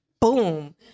boom